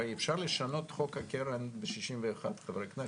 הרי אפשר לשנות את חוק הקרן ב-61 חברי כנסת.